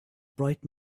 bright